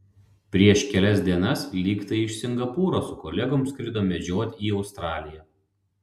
prieš kelias dienas lyg tai iš singapūro su kolegom skrido medžiot į australiją